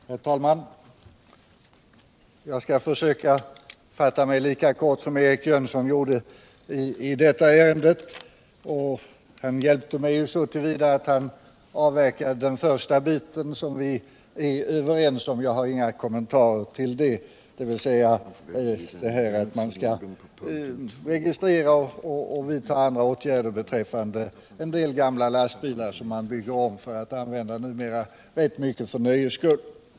Herr talman! Jag skall fatta mig lika kort som Eric Jönsson gjorde i sitt anförande. Han hjälpte mig ju så till vida att han avverkade den första biten, som vi är överens om. Jag har inga kommentarer till det, dvs. detta att man skall registrera och vidta andra åtgärder beträffande en del gamla lastbilar som man bygger om för att numera använda rätt mycket för nöjes skull.